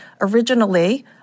originally